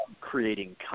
creating